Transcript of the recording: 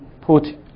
put